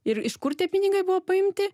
ir iš kur tie pinigai buvo paimti